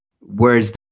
Words